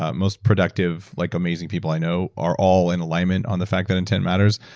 ah most productive like amazing people i know are all in alignment on the fact that intent matters,